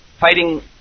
fighting